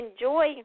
enjoy